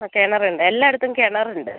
ആ കിണർ ഉണ്ട് എല്ലായിടത്തും കിണർ ഉണ്ട്